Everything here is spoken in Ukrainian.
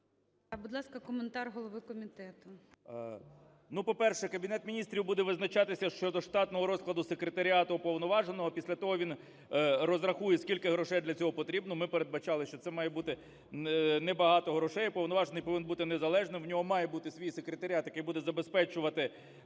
Будь ласка, коментар голови комітету.